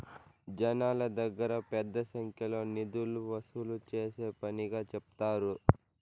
జనాల దగ్గర పెద్ద సంఖ్యలో నిధులు వసూలు చేసే పనిగా సెప్తారు